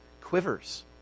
quivers